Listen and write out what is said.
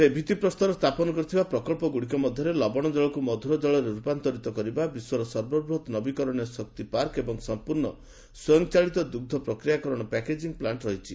ସେ ଭିଭିପ୍ରସ୍ତର ସ୍ଥାପନ କରିଥିବା ପ୍ରକଚ୍ଚଗୁଡ଼ିକ ମଧ୍ୟରେ ଲବଣ ଜଳକୁ ମଧୁର ଜଳରେ ରୂପାନ୍ତରିତ କରିବା ବିଶ୍ୱର ସର୍ବବୃହତ୍ ନବୀକରଣୀୟ ଶକ୍ତି ପାର୍କ ଏବଂ ସମ୍ପୂର୍ଣ୍ଣ ସ୍ୱୟଂଚାଳିତ ଦୁଗ୍ଧ ପ୍ରକ୍ରିୟାକରଣ ଓ ପ୍ୟାକେଜିଂ ପ୍ଲାଷ୍ଟ୍ ରହିଛି